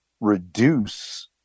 reduce